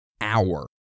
hour